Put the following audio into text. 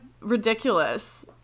ridiculous